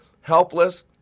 helpless